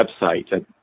website